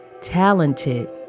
talented